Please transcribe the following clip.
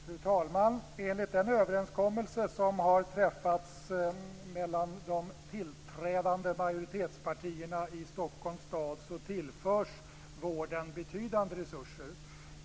Fru talman! Enligt den överenskommelse som har träffats mellan de tillträdande majoritetspartierna i Stockholms stad tillförs vården betydande resurser.